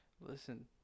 listen